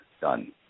done